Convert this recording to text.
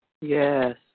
Yes